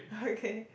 okay